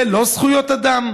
זה לא זכויות אדם?